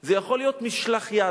זה יכול להיות משלח יד.